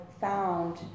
found